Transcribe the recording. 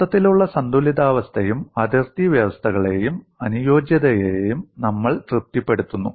മൊത്തത്തിലുള്ള സന്തുലിതാവസ്ഥയെയും അതിർത്തി വ്യവസ്ഥകളെയും അനുയോജ്യതയെയും നമ്മൾ തൃപ്തിപ്പെടുത്തുന്നു